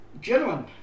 gentlemen